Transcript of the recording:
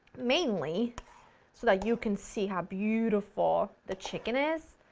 mainly so that you can see how beautiful the chicken is.